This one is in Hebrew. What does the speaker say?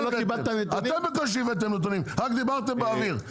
אתם בקושי הבאתם נתונים רק דיברתם באוויר.